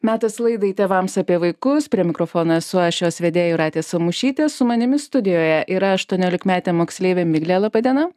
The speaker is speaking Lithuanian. metas laidai tėvams apie vaikus prie mikrofono esu aš jos vedėja jūratė samušytė su manimi studijoje yra aštuoniolikmetė moksleivė miglė laba diena